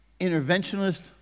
interventionist